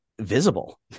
visible